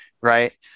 right